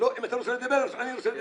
אם אתה רוצה לדבר, אז גם אני רוצה לדבר.